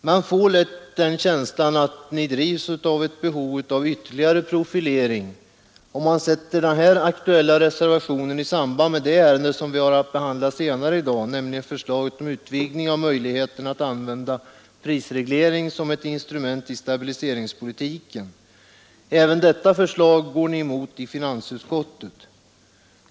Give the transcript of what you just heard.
Man får lätt känslan av att ni drivs av ett behov av ytterligare profilering, om man sätter den aktuella reservationen i samband med det ärende som vi har att behandla senare i dag, nämligen förslaget om utvidgning av möjligheterna att använda prisreglering som ett instrument i stabiliseringspolitiken. Även detta förslag går ni emot i finansutskottet.